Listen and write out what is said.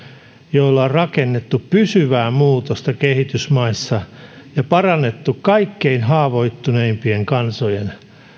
joilla on rakennettu pysyvää muutosta kehitysmaissa ja parannettu kaikkein haavoittuneimpien kansojen